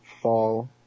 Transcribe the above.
fall